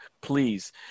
please